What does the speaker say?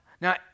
Now